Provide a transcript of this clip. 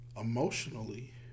emotionally